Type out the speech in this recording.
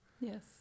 Yes